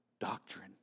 Doctrine